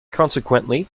consequently